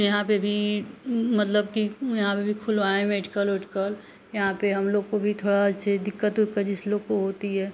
यहाँ पे भी मतलब कि यहाँ पे भी खुलवाएं मेडिकल वेडीकल यहाँ पर हम लोग को भी थोड़ा जैसे दिक्कत विक्कत जिस लोग को होती है